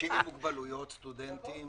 אנשים עם מוגבלויות, סטודנטים.